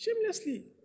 shamelessly